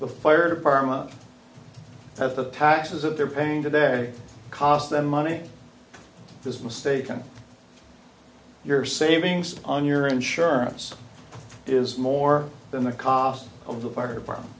the fire department has the taxes that they're paying today cost them money this mistaken your savings on your insurance is more than the cost of the fire department